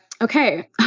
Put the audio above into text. Okay